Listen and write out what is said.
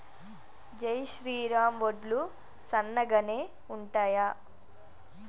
జై శ్రీరామ్ వడ్లు సన్నగనె ఉంటయా?